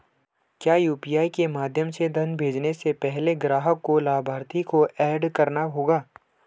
क्या यू.पी.आई के माध्यम से धन भेजने से पहले ग्राहक को लाभार्थी को एड करना होगा?